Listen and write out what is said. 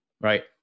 right